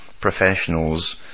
professionals